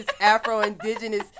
Afro-Indigenous